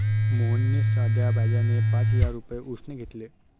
मोहनने साध्या व्याजाने पाच हजार रुपये उसने घेतले